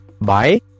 Bye